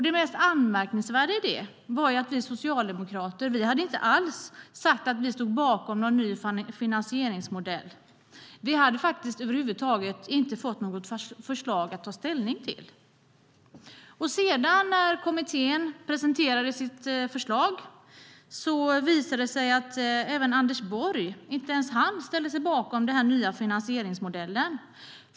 Det mest anmärkningsvärda i det var att vi socialdemokrater inte alls hade sagt att vi stod bakom någon ny finansieringsmodell. Vi hade över huvud taget inte fått något förslag att ta ställning till. När sedan kommittén presenterade sitt förslag visade det sig att inte ens Anders Borg ställde sig bakom den nya finansieringsmodellen.